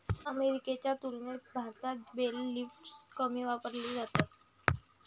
अमेरिकेच्या तुलनेत भारतात बेल लिफ्टर्स कमी वापरले जातात